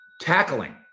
tackling